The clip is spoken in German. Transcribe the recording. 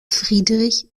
friedrich